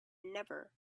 never